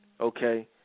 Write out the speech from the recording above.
Okay